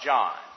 John